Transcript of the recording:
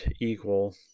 equal